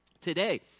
Today